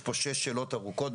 יש שם שש שאלות ארוכות,